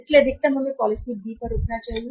इसलिए अधिकतम हमें पॉलिसी B पर रुकना चाहिए